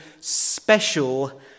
special